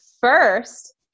first